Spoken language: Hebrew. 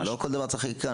לא כל דבר צריך חקיקה.